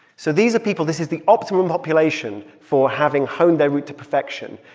so these are people this is the optimum population for having honed their route to perfection.